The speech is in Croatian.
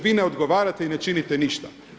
Vi ne odgovarate i ne činite ništa.